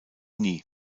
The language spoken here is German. nie